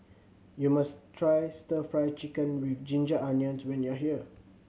you must try Stir Fry Chicken with ginger onions when you are here